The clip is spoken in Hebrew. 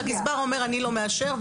אבל הגזבר אומר: "אני לא מאשר",